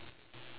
yes